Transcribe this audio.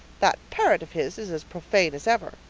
that parrot of his is as profane as ever?